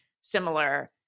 similar